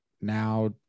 now